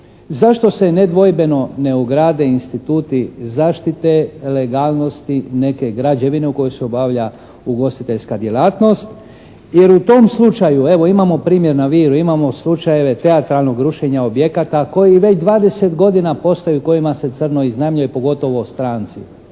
Zašto se nedvojbeno ne ograde instituti zaštite legalnosti neke građevine u kojoj se obavlja ugostiteljska djelatnost jer u tom slučaju evo imamo primjer na Viru, imamo slučajeve teatralnog rušenja objekata koji već 20 godina postoje i u kojima se crno iznajmljuje pogotovo stranci.